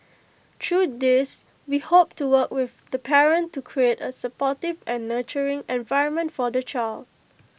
through these we hope to work with the parent to create A supportive and nurturing environment for the child